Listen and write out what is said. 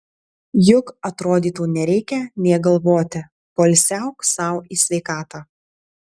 juk atrodytų nereikia nė galvoti poilsiauk sau į sveikatą